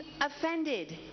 offended